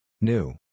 New